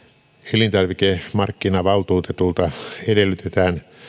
elintarvikemarkkinavaltuutetulta edellytetään